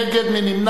מי נמנע?